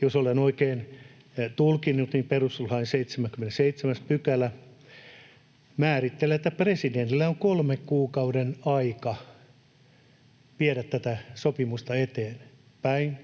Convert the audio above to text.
Jos olen oikein tulkinnut, niin perustuslain 77 § määrittelee, että presidentillä on kolmen kuukauden aika viedä tätä sopimusta eteenpäin